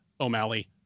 O'Malley